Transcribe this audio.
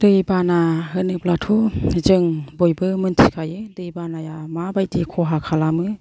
दै बाना होनोब्लाथ' जों बयबो मिन्थिखायो दै बानाया माबायदि खहा खालामो